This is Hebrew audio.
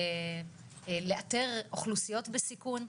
לאתר אוכלוסיות בסיכון,